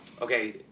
Okay